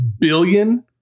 Billion